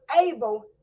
able